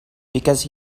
because